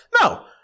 No